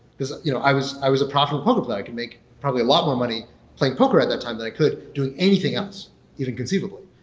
because you know i was i was a profitable poker player. i can make probably a lot more money playing poker at that time than i could doing anything else even conceivably.